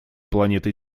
планеты